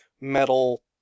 metal